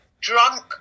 Drunk